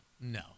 No